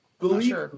Believe